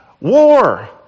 war